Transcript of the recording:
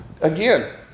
Again